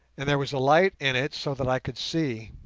and there was a light in it so that i could see.